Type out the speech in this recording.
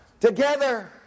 Together